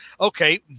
okay